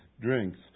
drinks